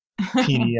PDF